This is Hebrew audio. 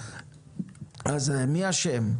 מי אשם,